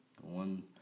one